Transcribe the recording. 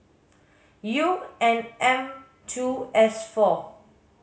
U N M two S four